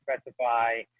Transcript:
specify